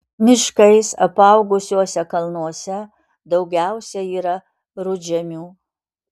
miškais apaugusiuose kalnuose daugiausia yra rudžemių